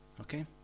okay